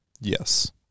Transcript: Yes